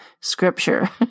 Scripture